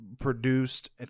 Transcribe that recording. produced